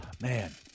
Man